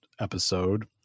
episode